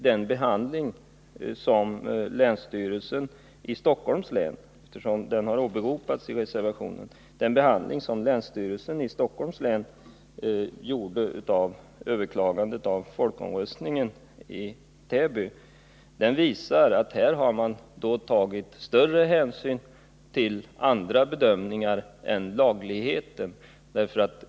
Den behandling som länsstyrelsen i Stockholms län — jag nämner denna länsstyrelse, eftersom den har åberopats i reservationen — gav överklagandet av folkomröstningen i Täby visar att man i det fallet tagit större hänsyn till andra bedömningar än sådana som avser lagligheten.